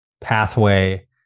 pathway